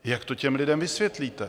Jak to těm lidem vysvětlíte?